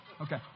Okay